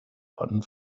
one